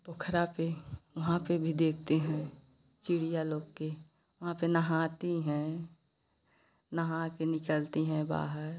पोखरा पे वहाँ पे भी देखते हैं चिड़िया लोग के वहाँ पे नहाती हैं नहा के निकलती हैं बाहर